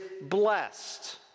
blessed